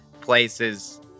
places